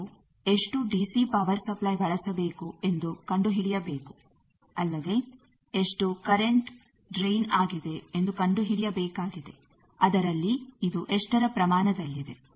ನೀವು ಎಷ್ಟು DC power supply ಬಳಸಬೇಕು ಎಂದು ಕಂಡುಹಿಡಿಯಬೇಕು ಅಲ್ಲದೆ ಎಷ್ಟು ಕರೆಂಟ್ ಡ್ರೆನ್ ಆಗಿದೆ ಎಂದು ಕಂಡುಹಿಡಿಯಬೇಕಾಗಿದೆ ಅದರಲ್ಲಿ ಇದು ಎಷ್ಟರ ಪ್ರಮಾಣದಲ್ಲಿದೆ